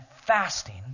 fasting